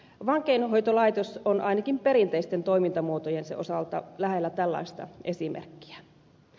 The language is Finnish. vankeinhoitolaitos on ainakin perinteisten toimintamuotojensa osalta lähellä tällaista esimerkkiä